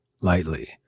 lightly